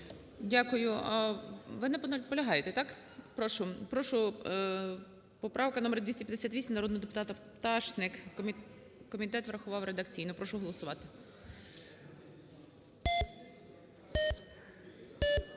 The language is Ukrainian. Дякую. Ви наполягаєте, так? Прошу поправка номер 258 народного депутата Пташник, комітет врахував редакційно, прошу голосувати.